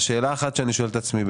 השאלה אחת שאני שואל את עצמי,